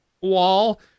wall